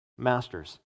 Masters